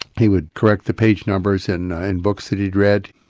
he would correct the page numbers in in books that he'd read.